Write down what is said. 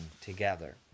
together